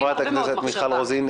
חברת הכנסת רוזין,